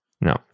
No